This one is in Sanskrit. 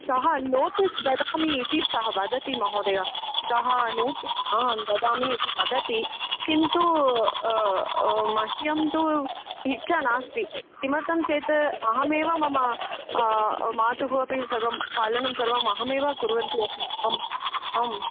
सः नोटीस् ददामि इति सः वदति महोदय सः नोटिस् आं ददामि इति वदति किन्तु मह्यं तु इच्छा नास्ति किमर्थं चेत् अहमेव मम मातुः अपि सर्वं पालनं सर्वम् अहमेव कुर्वती अस्मि आम् आम्